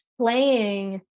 playing